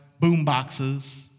boomboxes